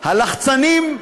היית צריך ללחוץ 5 סולמית.